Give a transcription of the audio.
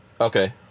Okay